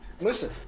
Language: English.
listen –